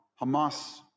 Hamas